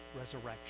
resurrection